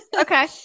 Okay